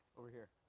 over here.